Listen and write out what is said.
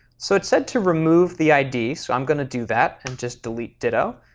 so it said to remove the id, so i'm going to do that and just delete ditto.